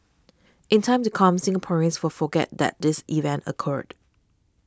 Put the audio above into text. in time to come Singaporeans for forget that this event occurred